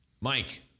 Mike